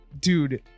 dude